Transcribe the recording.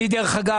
דרך אגב,